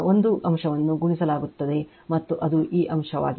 ಒಂದು ಅಂಶವನ್ನು ಗಣಿಸಲಾಗುತ್ತದೆ ಮತ್ತು ಇದು ಈ ಅಂಶವಾಗಿದೆ